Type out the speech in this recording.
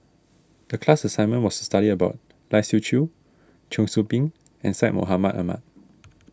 the class assignment was to study about Lai Siu Chiu Cheong Soo Pieng and Syed Mohamed Ahmed